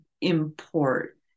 import